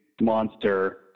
monster